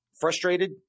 frustrated